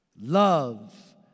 Love